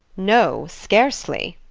no, scarcely!